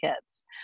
kids